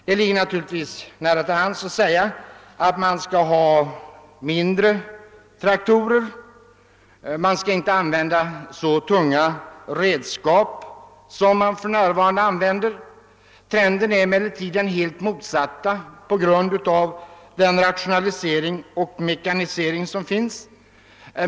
Det ligger naturligtvis nära till hands att säga att man skall ha mindre traktorer. Man skall inte använda så tunga redskap som man för närvarande begagnar. Trenden är emellertid den helt motsatta på grund av den rationalisering och mekanisering som sker.